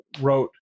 wrote